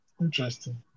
Interesting